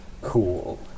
cool